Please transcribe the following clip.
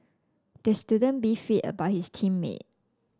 the student beefed about his team mate